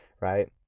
right